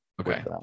okay